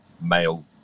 male